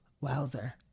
Wowzer